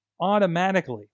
automatically